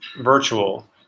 virtual